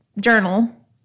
journal